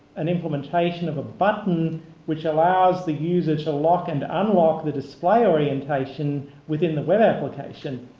an implementation of a button which allows the user to lock and unlock the display orientation within the web application.